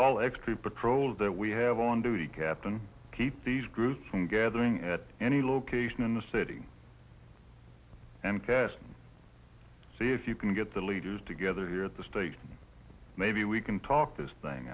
all extra patrols that we have on duty captain keep these groups from gathering at any location in the city and cast see if you can get the leaders together here at the stake maybe we can talk this thing